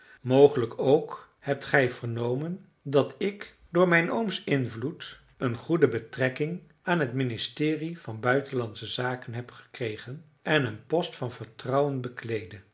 mogelijk ook hebt gij vernomen dat ik door mijn ooms invloed een goede betrekking aan het ministerie van buitenlandsche zaken heb gekregen en een post van vertrouwen bekleedde